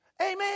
Amen